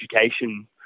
education